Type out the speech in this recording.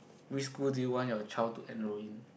which school do you want your child to enrol in